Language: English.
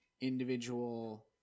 individual